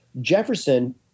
Jefferson